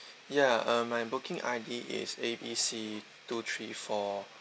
ya um my booking I_D is A B C two three four